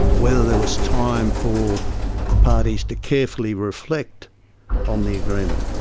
whether there was time for the parties to carefully reflect on the agreement.